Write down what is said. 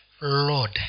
Lord